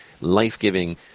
life-giving